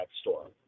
store